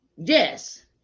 Yes